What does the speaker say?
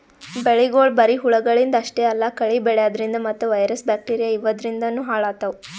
ಬೆಳಿಗೊಳ್ ಬರಿ ಹುಳಗಳಿಂದ್ ಅಷ್ಟೇ ಅಲ್ಲಾ ಕಳಿ ಬೆಳ್ಯಾದ್ರಿನ್ದ ಮತ್ತ್ ವೈರಸ್ ಬ್ಯಾಕ್ಟೀರಿಯಾ ಇವಾದ್ರಿನ್ದನೂ ಹಾಳಾತವ್